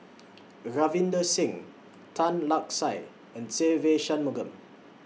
Ravinder Singh Tan Lark Sye and Se Ve Shanmugam